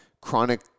Chronic